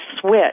switch